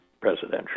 presidential